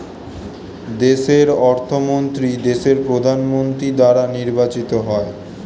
দেশের অর্থমন্ত্রী দেশের প্রধানমন্ত্রী দ্বারা নির্বাচিত হয়